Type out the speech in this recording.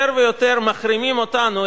יותר ויותר מחרימים אותנו,